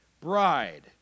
bride